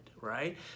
right